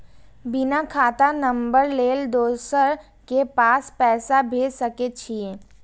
बिना खाता नंबर लेल दोसर के पास पैसा भेज सके छीए?